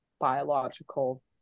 biological